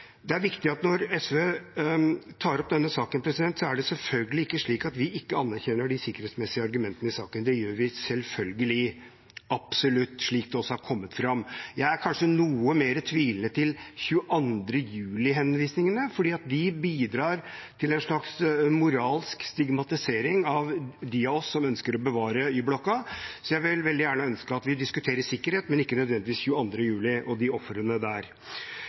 denne saken, er det selvfølgelig ikke slik at vi ikke anerkjenner de sikkerhetsmessige argumentene i saken. Det gjør vi selvfølgelig, absolutt – slik det også har kommet fram. Jeg er kanskje noe mer tvilende til 22. juli-henvisningene, for de bidrar til en slags moralsk stigmatisering av dem av oss som ønsker å bevare Y-blokka. Jeg vil veldig gjerne at vi diskuterer sikkerhet, men ikke nødvendigvis 22. juli og ofrene der.